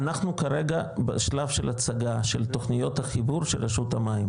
אנחנו כרגע בשלב של הצגה של תוכניות החיבור של רשות המים,